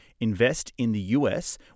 INVESTINTHEUS